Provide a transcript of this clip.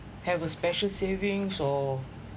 have a special savings or